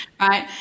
Right